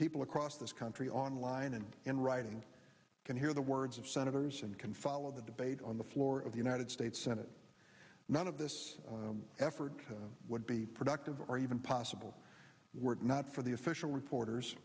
people across this country online and in writing can hear the words of senators and can follow the debate on the floor of the united states senate none of this effort would be productive or even possible were not for the official reporters